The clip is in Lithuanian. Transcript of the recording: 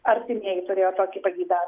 artimieji turėjo tokį pavydą